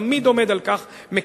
תמיד עומד על כך,